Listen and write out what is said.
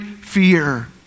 fear